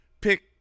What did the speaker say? pick